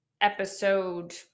episode